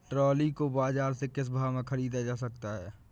Trolley को बाजार से किस भाव में ख़रीदा जा सकता है?